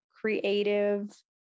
creative